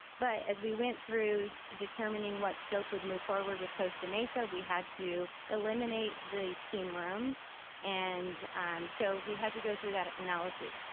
but as we went through determining what scope would move forward with costa mesa, we had to eliminate the team rooms and um so we had to go through that analysis.